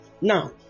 Now